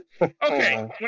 Okay